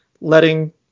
letting